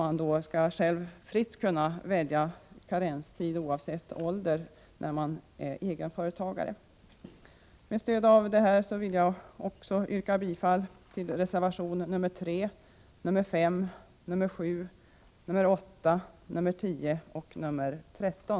Egenföretagare skall själv fritt kunna välja karenstid oavsett ålder. Med stöd av detta yrkar jag bifall till reservationerna 3, 5, 7, 8, 10 och 13.